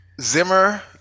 Zimmer